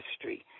history